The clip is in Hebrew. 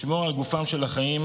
לשמור על גופם של החיים,